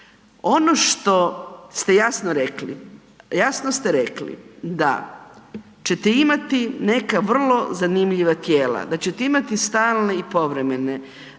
Ono što ste jasno rekli, a jasno ste rekli da ćete imati neka vrlo zanimljiva tijela, da ćete imati stalne i povremene